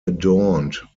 adorned